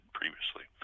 previously